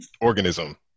organism